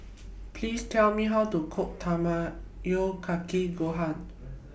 Please Tell Me How to Cook Tamago Kake Gohan